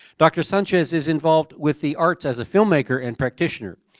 dr. sanchez is involved with the arts as a filmmaker and practitioner.